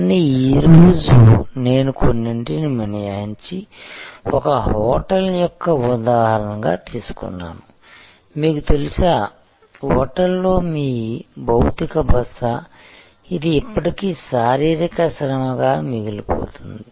కానీ ఈ రోజు నేను కొన్నింటిని మినహాయించి ఒక హోటల్ యొక్క ఉదాహరణగా తీసుకున్నాను మీకు తెలుసా హోటల్లో మీ భౌతిక బస ఇది ఇప్పటికీ శారీరక శ్రమగా మిగిలిపోయింది